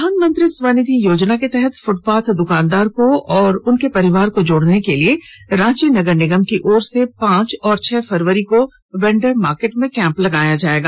प्रधानमंत्री स्वनिधि योजना के तहत फ्टपाथ द्वकानदार को और उनके परिवार को जोड़ने के लिए रांची नगर निगम की ओर से पांच और छह फरवरी को वेंडर मार्केट में कैंप लगाया जायेगा